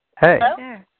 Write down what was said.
Hey